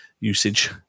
usage